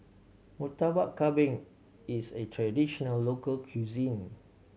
Murtabak Kambing is a traditional local cuisine